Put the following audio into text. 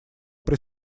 при